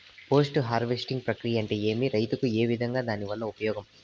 Post harvesting ప్రక్రియ అంటే ఏమి? రైతుకు ఏ విధంగా దాని వల్ల ఉపయోగం?